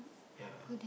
ya